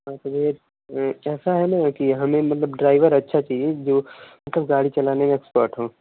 हाँ तो फिर ऐसा है न कि हमें मतलब ड्राइभर अच्छा चाहिए जो मतलब गाड़ी चलाने में एक्सपर्ट हो